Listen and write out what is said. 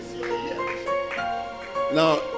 Now